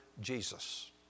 Jesus